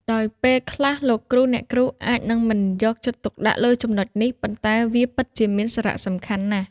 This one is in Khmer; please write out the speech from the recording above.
ដោយពេលខ្លះលោកគ្រូអ្នកគ្រូអាចនឹងមិនយកចិត្តទុកដាក់់លើចំណុចនេះប៉ុន្តែវាពិតជាមានសារៈសំខាន់ណាស់។